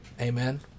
Amen